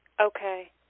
Okay